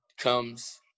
comes